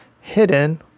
hidden